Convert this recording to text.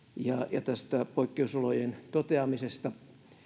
ja tästä poikkeusolojen toteamisesta